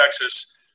Texas